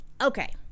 okay